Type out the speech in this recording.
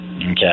Okay